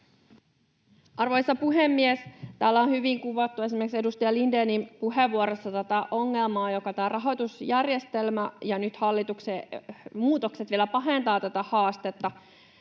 Arvoisa puhemies! Täällä on hyvin kuvattu esimerkiksi edustaja Lindénin puheenvuorossa tätä ongelmaa, jota tämä rahoitusjärjestelmä aiheuttaa, ja nyt hallituksen muutokset vielä pahentavat tätä haastetta.